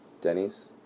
Denny's